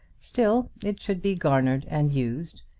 still it should be garnered and used,